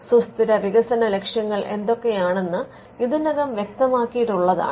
സുസ്ഥിര വികസന ലക്ഷ്യങ്ങൾ എന്തൊക്കെയാണെന്ന് ഇതിനകം വ്യക്തമാക്കിയിട്ടുള്ളതാണ്